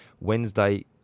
Wednesday